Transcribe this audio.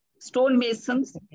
stonemasons